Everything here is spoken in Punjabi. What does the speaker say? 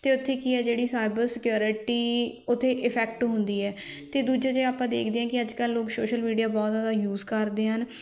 ਅਤੇ ਉੱਥੇ ਕੀ ਹੈ ਜਿਹੜੀ ਸਾਈਬਰ ਸਕਿਉਰਿਟੀ ਉੱਥੇ ਇਫੈਕਟ ਹੁੰਦੀ ਹੈ ਅਤੇ ਦੂਜੇ ਜੇ ਆਪਾਂ ਦੇਖਦੇ ਹਾਂ ਕਿ ਅੱਜ ਕੱਲ੍ਹ ਲੋਕ ਸੋਸ਼ਲ ਮੀਡੀਆ ਬਹੁਤ ਜ਼ਿਆਦਾ ਯੂਜ਼ ਕਰਦੇ ਹਨ